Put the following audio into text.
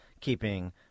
keeping